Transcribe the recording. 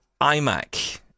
iMac